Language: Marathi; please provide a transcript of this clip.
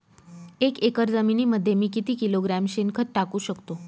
एक एकर जमिनीमध्ये मी किती किलोग्रॅम शेणखत टाकू शकतो?